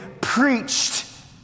preached